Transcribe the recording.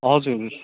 हजुर